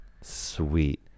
sweet